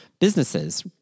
businesses